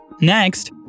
Next